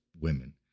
women